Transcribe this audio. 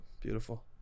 Beautiful